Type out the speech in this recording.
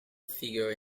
figure